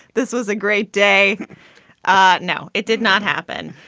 this is a great day ah now. it did not happen.